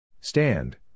Stand